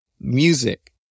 music